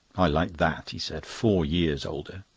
i like that, he said. four years older.